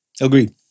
Agreed